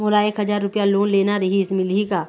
मोला एक हजार रुपया लोन लेना रीहिस, मिलही का?